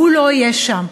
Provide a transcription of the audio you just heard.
הוא לא יהיה שם,